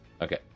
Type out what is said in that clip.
Okay